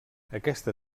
aquesta